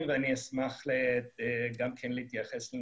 אני ארד טיפה לפרטים ואני אשמח גם להתייחס גם